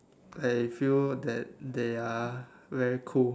I feel that they are very cool